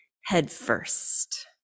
headfirst